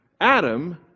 Adam